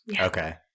Okay